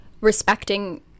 respecting